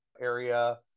area